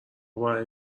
برای